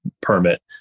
permit